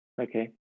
Okay